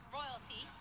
royalty